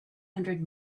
hundred